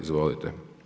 Izvolite.